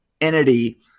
entity